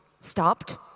stopped